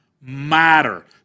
matter